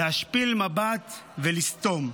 להשפיל מבט ולסתום.